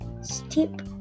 steep